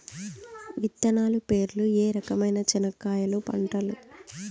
విత్తనాలు పేర్లు ఏ రకమైన చెనక్కాయలు పంటలు?